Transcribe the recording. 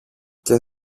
και